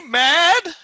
mad